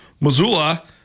Missoula